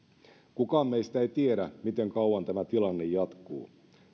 kukaan meistä ei tiedä miten kauan tämä tilanne jatkuu